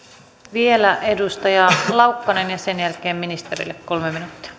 vielä edustaja laukkanen ja sen jälkeen ministerille kolme